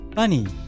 Bunny